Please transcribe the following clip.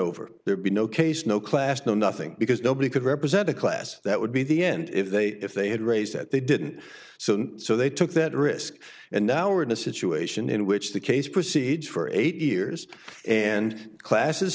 over there be no case no class no nothing because nobody could represent a class that would be the end if they if they had raised that they didn't so and so they took that risk and now are in a situation in which the case proceeds for eight years and classes